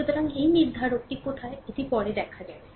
সুতরাং এই নির্ধারকটি কোথায় এটি পরে দেখা যাবে